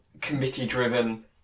committee-driven